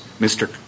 Mr